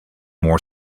more